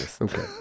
Okay